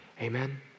Amen